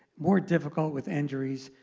more difficult with injuries.